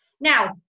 Now